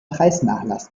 preisnachlass